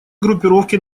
группировки